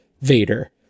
Vader